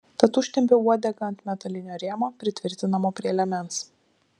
tad užtempiau uodegą ant metalinio rėmo pritvirtinamo prie liemens